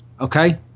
Okay